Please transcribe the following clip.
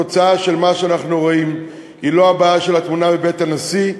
התוצאה של מה שאנחנו רואים היא לא הבעיה של התמונה מבית הנשיא,